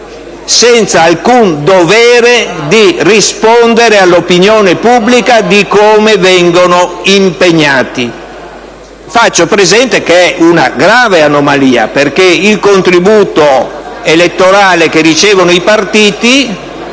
senza alcun dovere di rispondere all'opinione pubblica di come vengono impegnati. Faccio presente che questa è una grave anomalia, perché, sul contributo elettorale che ricevono, i partiti